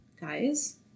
guys